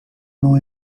não